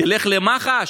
תלך למח"ש?